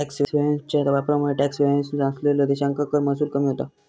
tax हेव्हन्सच्या वापरामुळे tax havens नसलेल्यो देशांका कर महसूल कमी होता